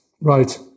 Right